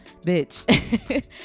bitch